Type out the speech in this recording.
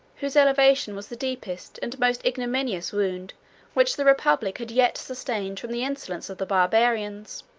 whose elevation was the deepest and most ignominious wound which the republic had yet sustained from the insolence of the barbarians.